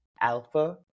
alpha